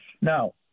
Now